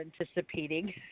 anticipating